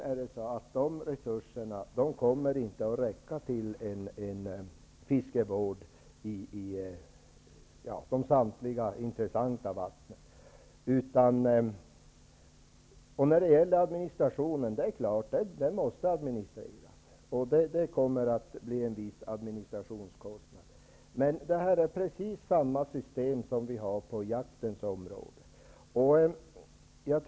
För det andra kommer inte de resurserna att räcka till fiskevård i samtliga intressanta vatten. När det gäller administrationen är det klart att detta måste administreras. Det kommer att bli en viss administrationskostnad. Men det är precis samma system som vi har på jaktens område.